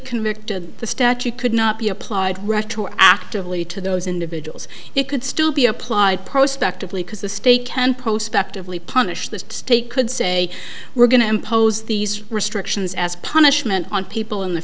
convicted the statute could not be applied retroactively to those individuals it could still be applied prospect of lee because the state can post actively punish the state could say we're going to impose these restrictions as punishment on people in the